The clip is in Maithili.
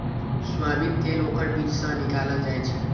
सोयाबीन तेल ओकर बीज सं निकालल जाइ छै